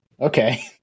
Okay